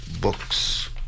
books